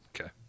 Okay